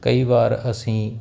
ਕਈ ਵਾਰ ਅਸੀਂ